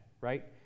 right